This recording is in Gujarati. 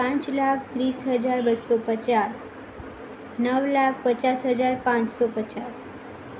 પાંચ લાખ વીસ હજાર બસો પચાસ નવ લાખ પચાસ હજાર પાંચસો પચાસ